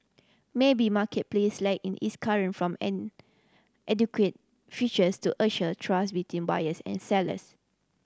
maybe Marketplace lack in its current from adequate features to assure trust between buyers and sellers